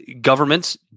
governments